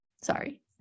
Sorry